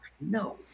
no